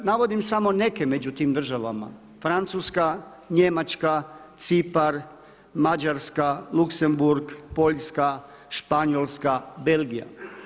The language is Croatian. Navodim samo neke među tim državama, Francuska, Njemačka, Cipar, Mađarska, Luksemburg, Poljska, Španjolska, Belgija.